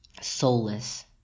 soulless